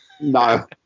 No